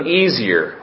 easier